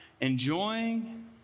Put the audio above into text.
enjoying